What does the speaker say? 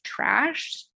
trashed